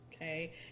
okay